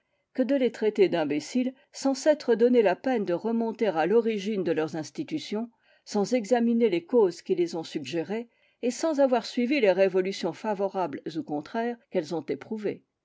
que de les traiter d'imbéciles sans s'être donné la peine de remonter à l'origine de leurs institutions sans examiner les causes qui les ont suggérées et sans avoir suivi les révolutions favorables ou contraires qu'elles ont éprouvées